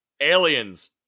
Aliens